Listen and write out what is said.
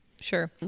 Sure